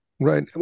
Right